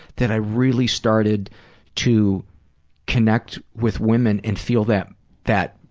that i really started to connect with women and feel them that